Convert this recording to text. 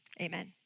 amen